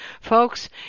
Folks